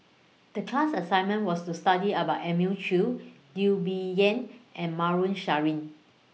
The class assignment was to study about Elim Chew Teo Bee Yen and Maarof Salleh